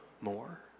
more